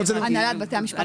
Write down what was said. הנהלת בתי המשפט פה?